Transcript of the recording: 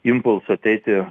impulsu ateiti